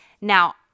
Now